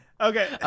okay